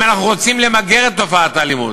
אם אנחנו רוצים למגר את תופעת האלימות,